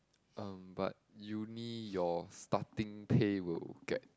uh but uni your starting pay will get